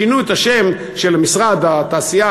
שינו את השם של משרד התעשייה,